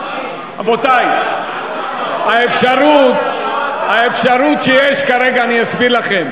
רבותי, האפשרות שיש כרגע, אני אסביר לכם.